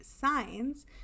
signs